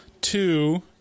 Two